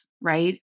right